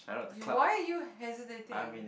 you why are you hesitating